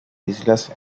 islas